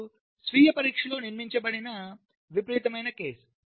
ఇప్పుడు స్వీయ పరీక్షలో నిర్మించబడిన విపరీతమైన కేసు